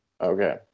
Okay